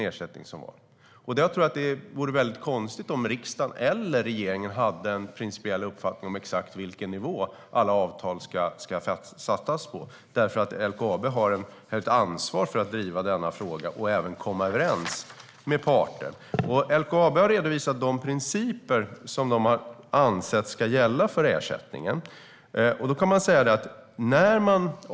Jag tror att det vore konstigt om riksdagen eller regeringen hade en principiell uppfattning om exakt vilken nivå alla avtal ska sättas på, därför att LKAB har ett ansvar för att driva denna fråga och även komma överens med parterna. LKAB har redovisat de principer som de har ansett ska gälla för ersättningen.